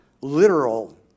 literal